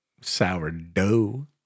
sourdough